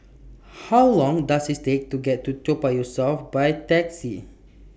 How Long Does IT Take to get to Toa Payoh South By Taxi